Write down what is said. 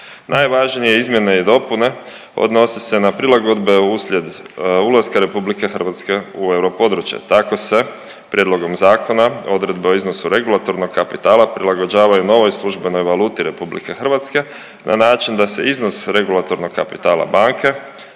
Najvažnije izmjene i dopune odnose se na prilagodbe uslijed ulaska RH u europodručje. Tako se prijedlogom zakona odredba o iznosu regulatornog kapitala prilagođavaju novoj službenoj valuti RH na način da se iznos regulatornog kapitala banke,